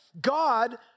God